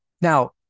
now